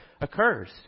occurs